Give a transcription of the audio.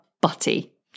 butty